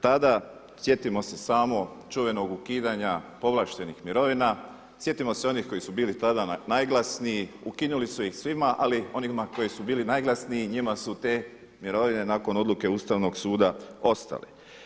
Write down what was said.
Tada sjetimo se samo čuvenog ukidanja povlaštenih mirovina, sjetimo se onih koji su bili tada najglasniji, ukinuli su ih svima ali onima koji su bili najglasniji njima su te mirovine nakon odluke Ustavnog suda ostale.